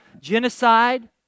genocide